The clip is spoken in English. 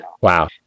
wow